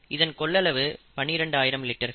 இதன் கொள்ளளவு 12 ஆயிரம் லிட்டர்கள்